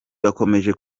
bakomeje